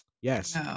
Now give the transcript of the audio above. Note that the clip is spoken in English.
Yes